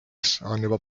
juba